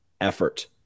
effort